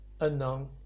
Unknown